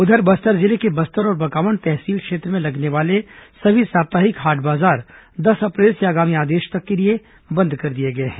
उधर बस्तर जिले के बस्तर और बकावंड तहसील क्षेत्र में लगने वाले सभी साप्ताहिक हाट बाजार दस अप्रैल से आगामी आदेश तक के लिए बंद कर दिए गए हैं